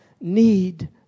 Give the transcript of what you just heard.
need